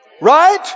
Right